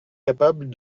capable